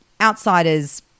outsiders